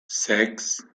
sechs